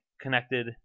connected